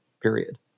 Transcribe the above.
period